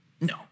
No